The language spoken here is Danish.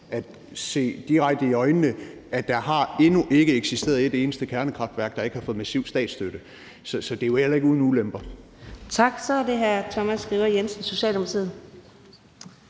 at se det direkte i øjnene, at der endnu ikke har eksisteret et eneste kernekraftværk, der ikke har fået massiv statsstøtte. Så det er jo heller ikke uden ulemper. Kl. 15:34 Fjerde næstformand (Karina